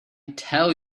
tell